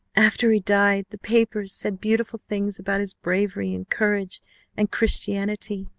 after he died, the papers said beautiful things about his bravery and courage and christianity,